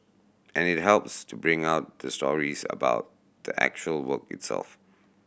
and it helps to bring out the stories about the actual work itself